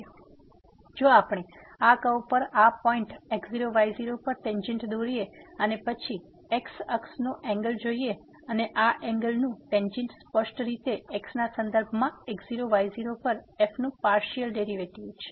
તે પછી જો આપણે આ કર્વ પર આ પોઈન્ટ x0y0 પર ટેંજેન્ટ દોરીએ અને પછી અહીં x અક્ષ નો એંગલ જોઈએ અને આ એંગલનું ટેંજેન્ટ સ્પષ્ટ રીતે x ના સંદર્ભમાં x0 y0 પર f નું પાર્સીઅલ ડેરીવેટીવ છે